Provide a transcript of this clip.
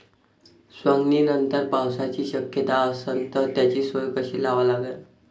सवंगनीनंतर पावसाची शक्यता असन त त्याची सोय कशी लावा लागन?